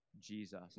Jesus